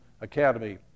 academy